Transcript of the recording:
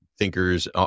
thinkers